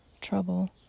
Trouble